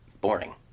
boring